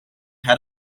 had